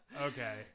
okay